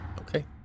Okay